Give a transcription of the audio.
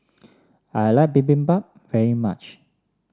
I like Bibimbap very much